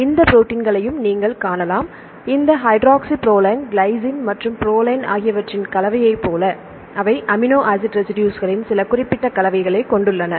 எனவே இந்த ப்ரோடீன்களையும் நீங்கள் காணலாம் இந்த ஹைட்ராக்ஸிபிரோலைன் கிளைசின் மற்றும் புரோலின் ஆகியவற்றின் கலவையைப் போல அவை அமினோ ஆசிட் ரெசிடுஸ்களின் சில குறிப்பிட்ட கலவையைக் கொண்டுள்ளன